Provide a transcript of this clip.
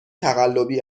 تقلبی